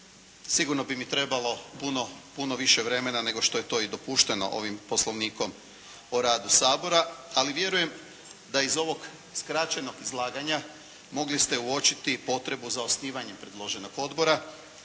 sigurno bi mi trebalo puno više vremena nego što je to i dopušteno ovim poslovnikom o radu Sabora. Ali vjerujem da iz ovog skraćenog izlaganja mogli ste uočiti potrebu za osnivanjem predloženog odbora